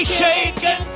shaken